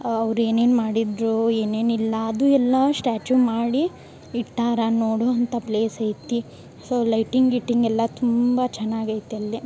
ಅವ್ರ ಏನೇನು ಮಾಡಿದ್ದರು ಏನೇನು ಇಲ್ಲ ಅದು ಎಲ್ಲಾ ಸ್ಟ್ಯಾಚು ಮಾಡಿ ಇಟ್ಟಾರೆ ನೋಡುವಂಥ ಪ್ಲೇಸ್ ಐತಿ ಸೊ ಲೈಟಿಂಗ್ ಗಿಟಿಂಗ್ ಎಲ್ಲಾ ತುಂಬ ಚೆನ್ನಾಗೈತಲ್ಲಿ